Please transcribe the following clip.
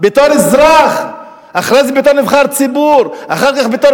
בתור אזרח ואחרי זה בתור נבחר ציבור ואחר כך בתור